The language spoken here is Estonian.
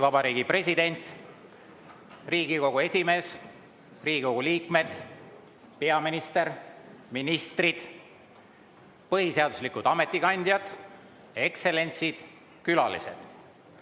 Vabariigi president, Riigikogu esimees, Riigikogu liikmed, peaminister, ministrid, põhiseaduslikud ametikandjad, ekstsellentsid, külalised!